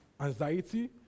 anxiety